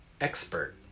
expert